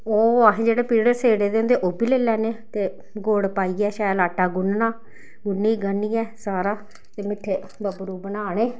ओह् अहें जेह्ड़े बिरढ़ सेड़े दे होंदे ओह् बी लेई लैन्नें ते गुड़ पाइयै शैल आटा गु'न्नना गु'न्नी ग'न्नियै सारा ते मिट्ठे बब्बरू बनाने